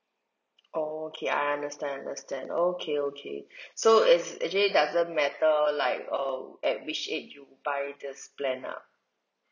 okay I understand understand okay okay so it's actually doesn't matter like err like at which age you buy this plan lah